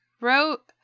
wrote